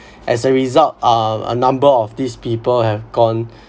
as a result uh a number of these people have gone